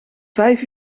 vijf